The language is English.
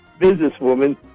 businesswoman